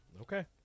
Okay